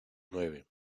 nueve